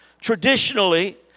traditionally